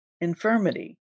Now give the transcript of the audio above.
infirmity